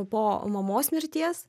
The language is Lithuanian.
po mamos mirties